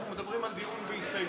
אנחנו מדברים על דיון בהסתייגויות.